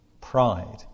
pride